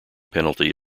penalty